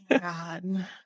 God